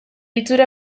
itxura